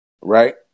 right